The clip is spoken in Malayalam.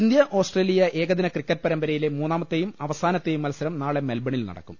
ഇന്ത്യ ഓസ്ട്രേലിയ ഏകദിന ക്രിക്കറ്റ് പരമ്പരയിലെ മുന്നാ മത്തെയും അവസാനത്തെയും മത്സരം നാളെ മെൽബണിൽ നട ക്കും